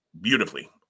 beautifully